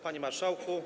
Panie Marszałku!